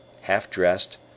Half-dressed